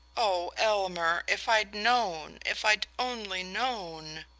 oh, elmer if i'd known if i'd only known!